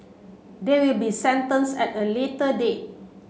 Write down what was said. they will be sentenced at a later date